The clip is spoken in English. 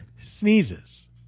sneezes